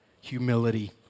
humility